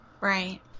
Right